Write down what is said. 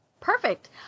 Perfect